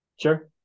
sure